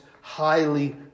highly